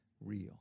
real